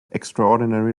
extraordinary